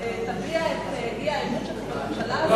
יביע את האי-אמון שלך בממשלה הזו,